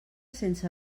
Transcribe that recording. sense